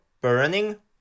burning